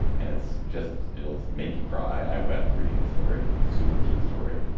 and it's just it'll make you cry. i wept reading the story. super cute story.